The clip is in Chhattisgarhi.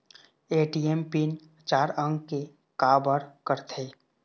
ए.टी.एम पिन चार अंक के का बर करथे?